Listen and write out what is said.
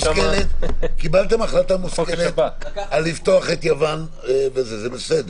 קיבלתם החלטה מושכלת לפתוח את יוון, זה בסדר.